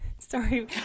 Sorry